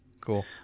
Cool